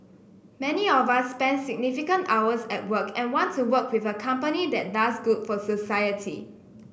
many of us spend significant hours at work and want to work with a company that does good for society